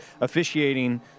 Officiating